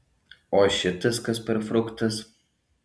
o šitas kas per fruktas